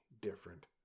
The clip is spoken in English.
different